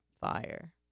fire